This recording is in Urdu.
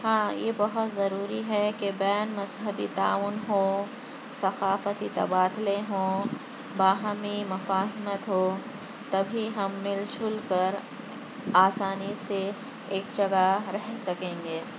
ہاں یہ بہت ضروری ہے کہ بین مذہبی تعاون ہوں ثقافتی تبادلے ہوں باہمی مفاہمت ہو تبھی ہم مِل جُل کر آسانی سے ایک جگہ رہ سکیں گے